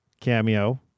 cameo